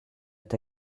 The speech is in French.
est